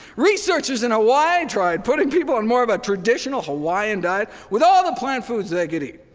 researchers in hawaii tried putting people on more of a traditional, hawaiian diet with all the plant foods they could eat,